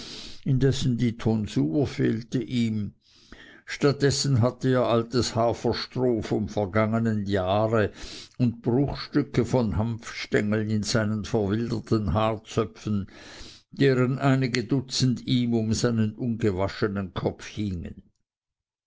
dessen die tonsur fehlte ihm statt dessen hatte er altes haferstroh vom vergangenen jahre und bruchstücke von hanfstengeln in seinen verwilderten haarzöpfen deren einige dutzend ihm um seinen ungewaschenen kopf hingen